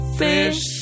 fish